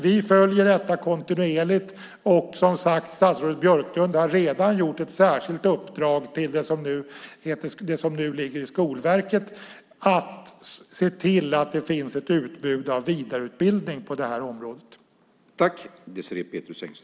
Vi följer detta kontinuerligt, och som sagt: Statsrådet Björklund har redan gett ett särskilt uppdrag, det som nu ligger i Skolverket, att se till att det finns ett utbud av vidareutbildning på det här området.